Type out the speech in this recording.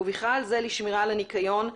ובכלל זה לשמירה על הניקיון,